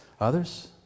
Others